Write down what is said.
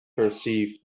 perceived